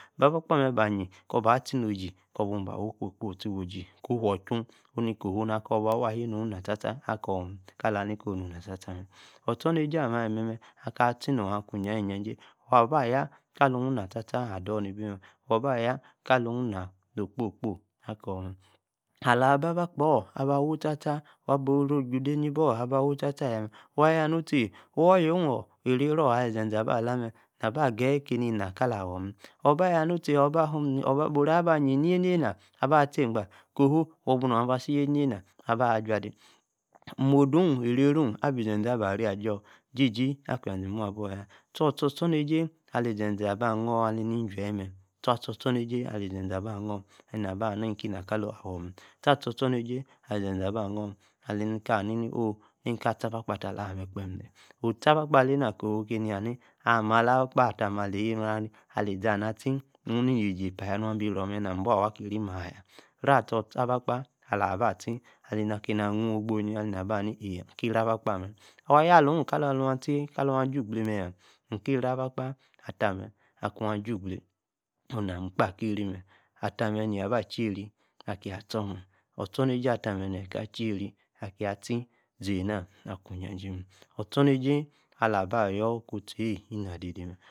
Bah-abakpa amemme, ba yiey, kor-ba, tie no-oji kor, buu, ba, woo-kpo-kpo, tie, waa, osi, kuu,-uwon chuu, oni-ko-huu, waah, ahie. onu-na, tar-tar akou mme, ka-la-li-ko, ina, tar-tae mme, ostormjie amemme, aka atie, nor, akwa-ijajay, waa-bah, yaa, ka-luu, na tar-tar ador-ni-bi mme, waa, baa ayaa, ka-nu-na, no-okpo-kpo, akor mme, alor abakpa on, aba-wuu, tay-tar, abo-oroo, oju-de ni-nau, aba, wuu tar-tar, aya, mme, waya, nu tíe, wonyoo arey-ro, ali-izeze, aba-laah mme, aba geyi-kane-ni-na ka-la-wor mme, oba, yaa, nu tie, aba. hum, boro-or-bayí hie, nena, aba, tie agba, ko-huu, wan, buu. nor aba-si nie-nenna, abi jua-ade, modo-oh, eray-ru, abi-izeze, aba, yaie, ajor, jiji, akwa ize, imu-ablon-yaa stor- ostomejie, alí-ze-ze, aba-oor, aleni-njie, mme tar-ator-ostomejie, ali ze-ze, aba anor, nena-ba, haa ni-neni-ki na kala, wor mee, tar, stor, ostornejie, ali-ze-ze aba-oor, aleni-ka-haa nini eh, neni-ka, ton, abakpa ata-laa-amme, kem. otie, abakpa alena, ko-huu, keni haa-ni, ama, ala-akpa, tamem, ali-za-na-tie, nu-ni-nie-si-epa yaa, nua-bi roo-mme, nam, bua ki-iri, ma-aya, alaah, ba atie, aleni, kay-na nuu, ooboyi, neni, aba-haa, eeh-le iki-ro, abakpa, amme, a-yah, alo-ka-la-wa-atie, aju-gbley, mme-yah iki-ri abakpa ata-mme, akua-aju-gbey, oh-nam. kpa ki-ri-mme, ata-mme, ney-ka-chery-akia-tie, zina-kwa, ijayay mme, ostornejie, ala-aba-yor. kuu-tieyi-ina-de-de mme